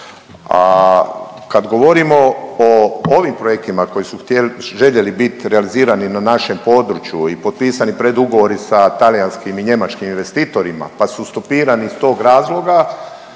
kad govorimo o ovim projektima koji su željeli biti realizirani na našem području i potpisani predugovori sa talijanskim i njemačkim investitorima pa su stopirani iz tog razloga,